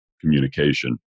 communication